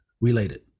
related